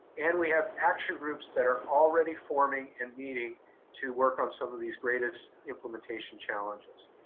and we have action groups that are already forming and meeting to work on some of these greatest implementation challenges.